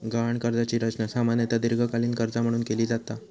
गहाण कर्जाची रचना सामान्यतः दीर्घकालीन कर्जा म्हणून केली जाता